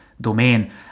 domain